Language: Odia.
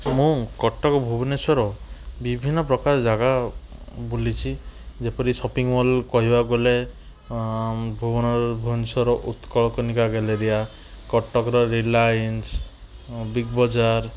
ମୁଁ କଟକ ଭୁବନେଶ୍ୱର ବିଭିନ୍ନ ପ୍ରକାର ଜାଗା ବୁଲିଛି ଯେପରି ସପିଂ ମଲ୍ କହିବାକୁ ଗଲେ ଭୁବନେଶ୍ୱର ଉତ୍କଳ କନିକା ଗ୍ୟାଲେରିଆ କଟକର ରିଲାଇନ୍ସ ବିଗ ବଜାର